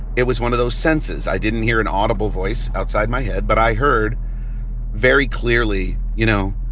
it was one of those senses. i didn't hear an audible voice outside my head. but i heard very clearly, you know,